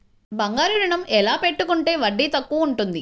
బంగారు ఋణం ఎలా పెట్టుకుంటే వడ్డీ తక్కువ ఉంటుంది?